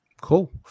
Cool